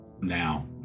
now